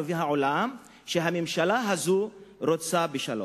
ואת העולם שהממשלה הזאת רוצה בשלום.